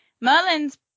Merlin's